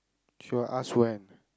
she will ask when